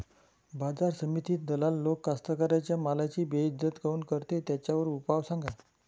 बाजार समितीत दलाल लोक कास्ताकाराच्या मालाची बेइज्जती काऊन करते? त्याच्यावर उपाव सांगा